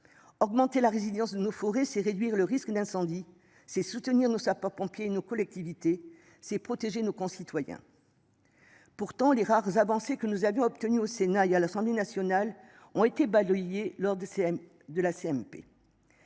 Augmenter la résilience de nos forêts, c'est réduire le risque d'incendie, c'est soutenir nos sapeurs-pompiers une collectivité, c'est protéger nos concitoyens. Pourtant, les rares avancées que nous avions obtenu au Sénat et à l'Assemblée nationale ont été balayés lors des CM